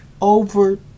over